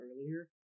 earlier